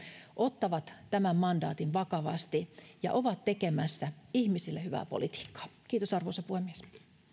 ottavat tämän mandaatin vakavasti ja ovat tekemässä ihmisille hyvää politiikkaa kiitos arvoisa puhemies